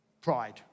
pride